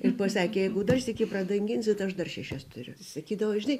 ir pasakė jeigu dar sykį pradanginsit aš dar šešias turiu sakydavo žinai